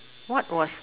what was